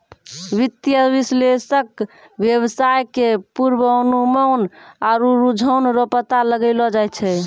वित्तीय विश्लेषक वेवसाय के पूर्वानुमान आरु रुझान रो पता लगैलो जाय छै